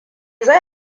zai